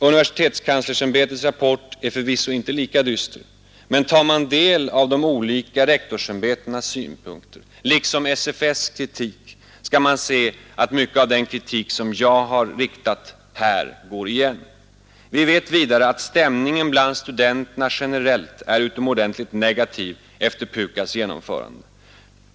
Universitetskanslersämbetets rapport är förvisso inte lika dyster, men tar man del av de olika rektorsämbetenas synpunkter, liksom SFS: kritik, skall man se att mycket av den kritik som jag har riktat här går igen. Vi vet vidare att stämningen bland studenterna generellt är utomordentligt negativ efter PUKAS:s genomförande.